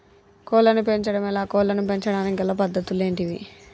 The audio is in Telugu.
కోళ్లను పెంచడం ఎలా, కోళ్లను పెంచడానికి గల పద్ధతులు ఏంటివి?